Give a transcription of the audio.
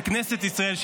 של כנסת ישראל,